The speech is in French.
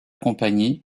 compagnie